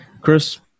Chris